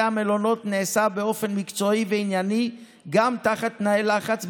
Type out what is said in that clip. המלונות נעשה באופן מקצועי וענייני גם תחת תנאי לחץ,